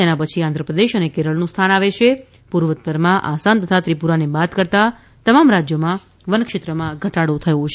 તેના પછી આંધ્રપ્રદેશ અને કેરળનું સ્થાન આવે છે પૂર્વોત્તરમાં આસામ તથા ત્રિપુરાને બાદ કરતા તમામ રાજ્યોમાં વન ક્ષેત્રમાં ઘટાડો થયો છે